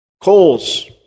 calls